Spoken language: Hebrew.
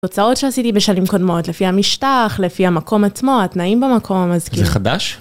הוצאות שעשיתי בשנים קודמות, לפי המשטח, לפי המקום עצמו, התנאים במקום המזכיר. זה חדש?